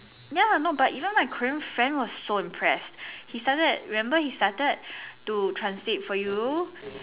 ya no but even my Korean friend was so impressed he started remember her started to translate for you